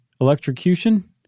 electrocution